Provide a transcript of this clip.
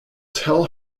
tell